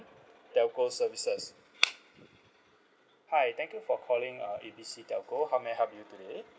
telco services hi thank you for calling uh A B C telco how may I help you today